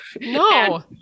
no